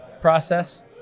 process